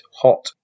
hot